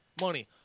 Money